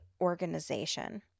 organization